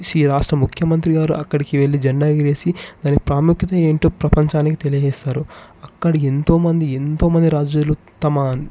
ఈ రాష్ట్ర ముఖ్యమంత్రి గారు అక్కడికి వెళ్లి జండా ఎగరేసి దాని ప్రాముఖ్యత ఏంటో ప్రపంచానికి తెలియజేస్తారు అక్కడి ఎంతో మంది ఎంతో మంది రాజులు తమ